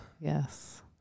Yes